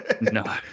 No